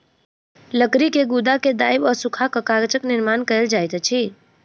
लकड़ी के गुदा के दाइब आ सूखा कअ कागजक निर्माण कएल जाइत अछि